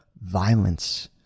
violence